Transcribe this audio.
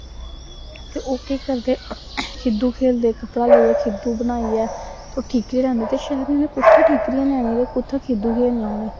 ते ओह् केह् करदे खिद्दू खेलदे पैह्लें खिद्दु बनाइयै ते ठीकरी लैंदे ते शैह्रें च कुत्थें ठीकरियां लैनियां ते कुत्थै खिद्दु खेलना उटनें